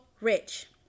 rich